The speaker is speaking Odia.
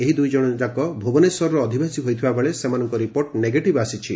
ଏହି ଦୁଇ ଜଣଯାକ ଭୁବନେଶ୍ୱରର ଅଧିବାସୀ ହୋଇଥିବା ବେଳେ ସେମାନଙ୍କ ରିପୋର୍ଟ ନେଗେଟିଭ୍ ଆସିଛି